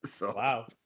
wow